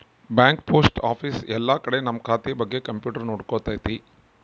bank post office ಎಲ್ಲ ಕಡೆ ನಮ್ ಖಾತೆ ಬಗ್ಗೆ ಕಂಪ್ಯೂಟರ್ ನೋಡ್ಕೊತೈತಿ